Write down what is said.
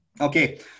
Okay